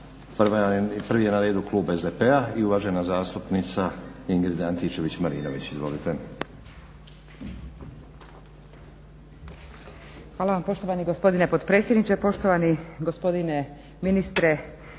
Prvi je na redu klub SDP-a i uvažena zastupnica Ingrid Antičević-Marinović. Izvolite.